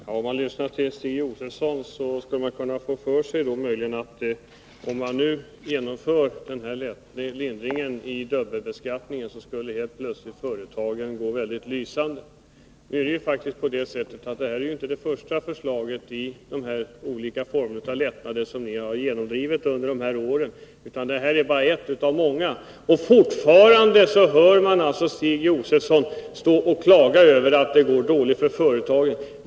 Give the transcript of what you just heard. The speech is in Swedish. Herr talman! När man lyssnar på Stig Josefson, kan man få för sig att företagen helt plötsligt skulle gå väldigt lysande om vi genomförde denna lättnad i dubbelbeskattningen. Men detta är faktiskt inte det första förslaget om lättnader som ni har genomdrivit under dessa år. Detta är bara ett av många förslag. Fortfarande hör man Stig Josefson klaga över att det går dåligt för företagen.